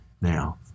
Now